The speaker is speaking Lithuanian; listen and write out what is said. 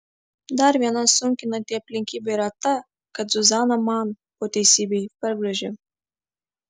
dar viena sunkinanti aplinkybė yra ta kad zuzana man po teisybei per graži